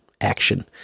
action